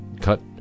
cut